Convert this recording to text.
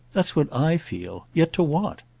that's what i feel. yet to what?